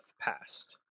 passed